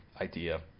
idea